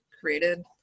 created